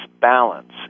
balance